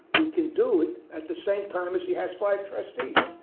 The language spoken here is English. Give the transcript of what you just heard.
he can do it at the same term as he has five trustees.